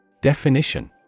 Definition